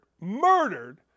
murdered